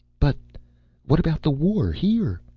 but what about the war here?